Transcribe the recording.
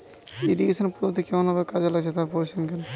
irrigation পদ্ধতি কেমন ভাবে কাজে লাগছে তার পরিসংখ্যান